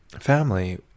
family